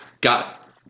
got